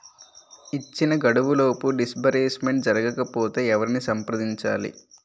ఇచ్చిన గడువులోపు డిస్బర్స్మెంట్ జరగకపోతే ఎవరిని సంప్రదించాలి?